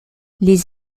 les